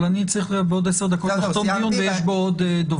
אבל אני צריך בעוד עשר דקות לחתום דיון ויש פה עוד דוברים.